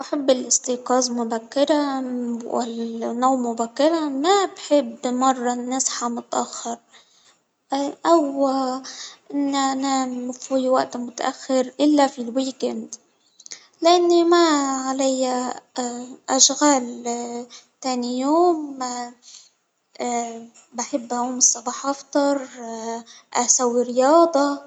أحب الاستيقاظ مبكرا والنوم مبكرا ما بحب مرة إن أصحي متأخر، نام في وقت متأخر إلا في الويد إند، لإني ما عليا أشغال تاني يوم بحب أقوم الصبح أفطر أسوي رياضة.